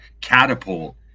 catapult